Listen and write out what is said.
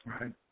Right